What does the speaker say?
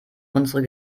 unsere